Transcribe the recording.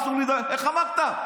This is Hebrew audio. איך אמרת?